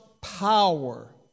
power